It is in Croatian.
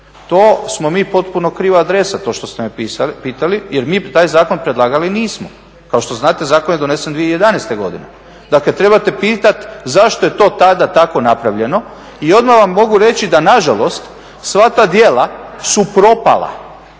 to smo mi potpuno kriva adresa to što ste me pitali jer mi taj zakon predlagali nismo. Kao što znate zakon je donesen 2011. godine, dakle trebate pitati zašto je to tada tako napravljeno i odmah vam mogu reći da nažalost sva ta djela su propala